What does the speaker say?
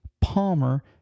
Palmer